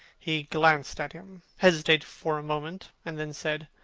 he glanced at him, hesitated for a moment, and then said,